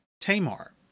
Tamar